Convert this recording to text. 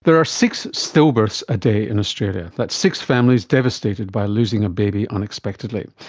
there are six stillbirths a day in australia, that's six families devastated by losing a baby unexpectedly,